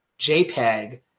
JPEG